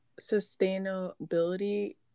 sustainability